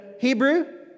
Hebrew